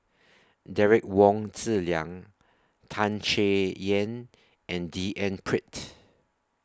Derek Wong Zi Liang Tan Chay Yan and D N Pritt